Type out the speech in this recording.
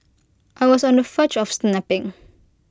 I was on the verge of snapping